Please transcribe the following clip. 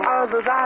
others